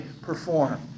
perform